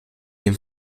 den